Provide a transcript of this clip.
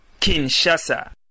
kinshasa